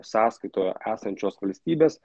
sąskaitoje esančios valstybės